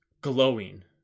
glowing